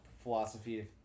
philosophy